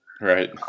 right